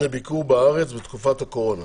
לביקור בארץ בתקופת הקורונה